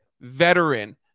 veteran